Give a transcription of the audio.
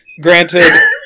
Granted